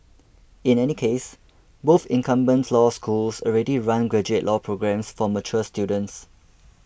in any case both incumbent law schools already run graduate law programmes for mature students